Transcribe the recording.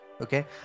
Okay